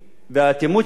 היא אותה אטימות.